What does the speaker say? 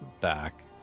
back